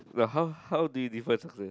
well how how did you define success